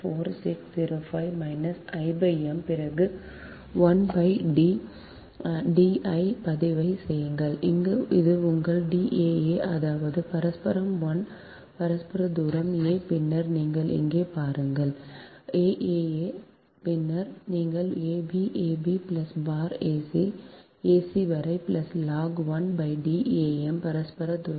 4605 minus I m பிறகு 1 D ஐ பதிவு செய்யுங்கள் அது உங்கள் D a a அதாவது பரஸ்பரம் 1 பரஸ்பர தூரம் a பின்னர் நீங்கள் இங்கே பாருங்கள் aa aa பின்னர் நீங்கள் ab ab பார் ac ac வரை log 1D am பரஸ்பர தூரம்